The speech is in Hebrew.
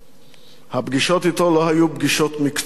הפגישות אתו לא היו פגישות מקצועיות בלבד.